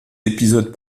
épisodes